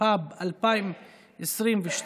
התשפ"ב 2022,